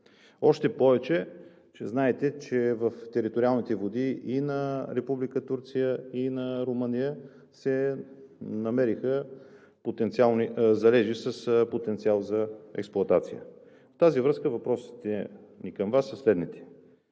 Още повече, знаете, в териториалните води и на Република Турция, и на Румъния се намериха залежи с потенциал за експлоатация. В тази връзка въпросите ни към Вас са следните: